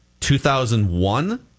2001